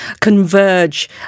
converge